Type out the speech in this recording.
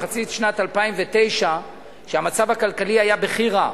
מחצית שנת 2009 כשהמצב הכלכלי היה בכי רע.